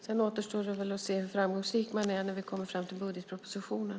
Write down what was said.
Sedan återstår att se hur framgångsrik man är när vi kommer fram till budgetpropositionen.